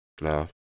No